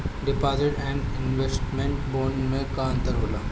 Deposit and investment bond मे का अंतर होला?